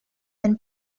been